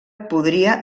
podria